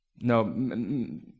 No